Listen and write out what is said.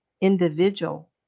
individual